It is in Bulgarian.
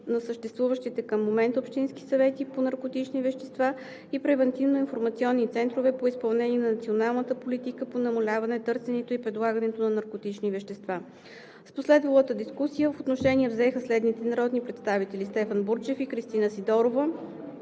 на съществуващите към момента общински съвети по наркотични вещества и превантивно-информационни центрове по изпълнение на националната политика по намаляване търсенето и предлагането на наркотични вещества. В последвалата дискусия отношение взеха следните народни представители: Стефан Бурджев и Кристина Сидорова,